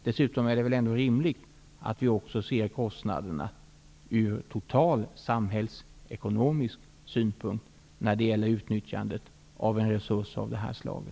Dessutom är det väl rimligt att vi också ser kostnaderna ur total samhällsekonomisk synpunkt när det gäller utnyttjandet av en resurs av det här slaget.